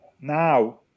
now